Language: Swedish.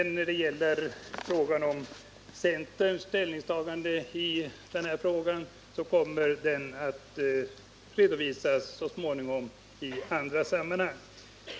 När det sedan gäller frågan om centerns ställningstagande i denna fråga kan sägas att centern så småningom kommer att redovisa den i andra sammanhang.